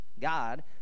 God